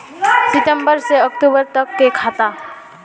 सितम्बर से अक्टूबर तक के खाता?